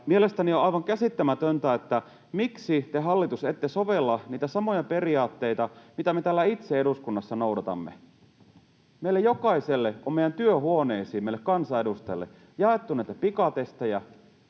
Mielestäni on aivan käsittämätöntä, että te, hallitus, ette sovella niitä samoja periaatteita, joita me täällä itse eduskunnassa noudatamme. Meille jokaiselle kansanedustajalle on meidän työhuoneisiimme jaettu näitä pikatestejä,